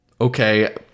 Okay